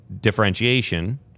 differentiation